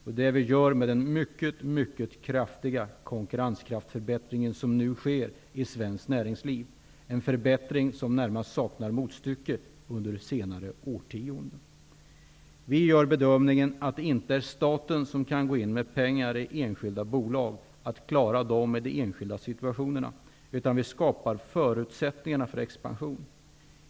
Det är det vi gör i och med den kraftiga förbättring av konkurrenskraften som nu sker i svenskt näringsliv, en förbättring som saknar motstycke under senare årtionden. Vi gör den bedömningen att staten inte skall gå in med pengar i enskilda bolag för att klara de enskilda situationerna. I stället skapar vi förutsättningar för expansion.